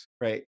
right